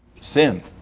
Sin